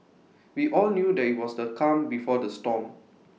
we all knew that IT was the calm before the storm